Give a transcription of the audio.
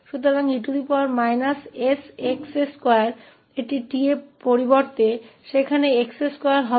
इसलिए t के बजाय e sx2 हमारे पास x2 होगा